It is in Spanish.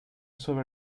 sobre